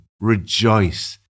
rejoice